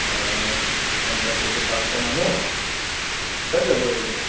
অ পঞ্চাছ কেজি পাঁচশ মানুহ হৈ যাব হৈ যাব